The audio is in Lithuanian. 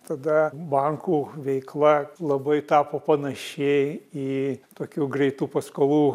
tada bankų veikla labai tapo panaši į tokių greitų paskolų